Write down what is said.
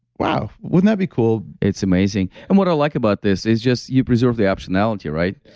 wow, wouldn't that be cool? it's amazing and what i like about this is just you preserve the optionality, right?